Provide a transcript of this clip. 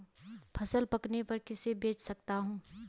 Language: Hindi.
फसल पकने पर किसे बेच सकता हूँ?